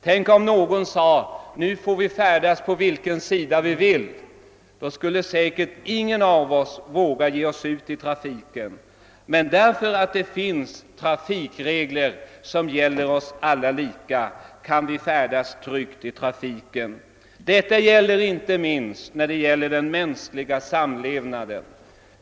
Tänk om någon sade att vi nu får färdas på vilken sida av vägen vi vill — då skulle säkert ingen av oss våga ge sig ut i trafiken. Men därför att det finns trafikregler som gäller oss alla lika kan vi färdas tryggt i trafiken. Detsamma gäller inte minst den mänskliga samlevnaden.